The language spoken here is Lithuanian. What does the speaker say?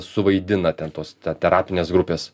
suvaidina ten tos te terapinės grupės